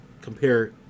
compare